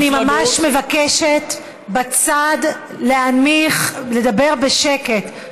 אני ממש מבקשת בצד לדבר בשקט.